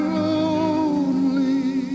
lonely